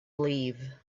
leave